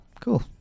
Cool